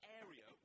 area